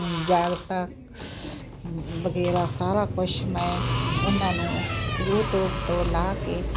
ਜੈਕਟਾਂ ਵਗੈਰਾ ਸਾਰਾ ਕੁਛ ਮੈਂ ਉਹਨਾਂ ਨੂੰ ਯੂਟੀਊਬ ਤੋਂ ਲਾ ਕੇ